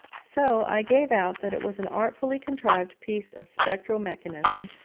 so i gave out that it was an artfully-contrived piece of spectral mechanism,